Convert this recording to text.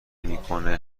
میکنه